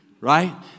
Right